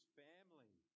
family